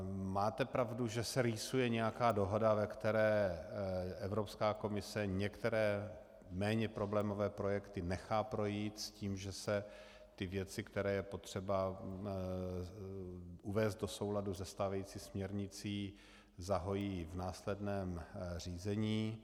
Máte pravdu, že se rýsuje nějaká dohoda, ve které Evropská komise některé méně problémové projekty nechá projít s tím, že se věci, které je potřeba uvést do souladu se stávající směrnicí, zahojí v následujícím řízení.